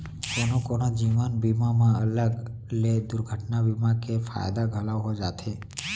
कोनो कोनो जीवन बीमा म अलग ले दुरघटना बीमा के फायदा घलौ हो जाथे